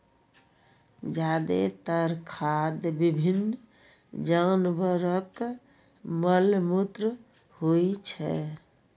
जादेतर खाद विभिन्न जानवरक मल मूत्र होइ छै